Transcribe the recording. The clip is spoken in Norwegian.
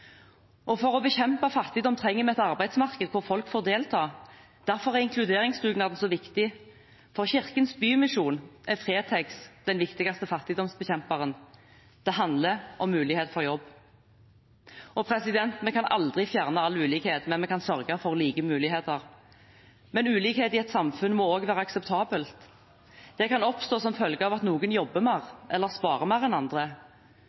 For å bekjempe fattigdom trenger vi et arbeidsmarked hvor folk får delta. Derfor er inkluderingsdugnaden så viktig. For Kirkens Bymisjon er Fretex den viktigste fattigdomsbekjemperen. Det handler om mulighet for jobb. Vi kan aldri fjerne all ulikhet, men vi kan sørge for like muligheter. Men ulikhet i et samfunn må også være akseptabelt. Det kan oppstå som følge av at noen jobber mer, eller sparer mer, enn andre.